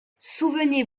souvenez